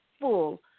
full